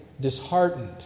disheartened